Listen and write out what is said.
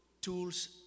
tools